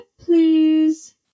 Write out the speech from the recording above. please